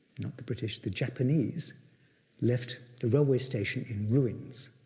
not the british, the japanese left the railway station in ruins.